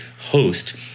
host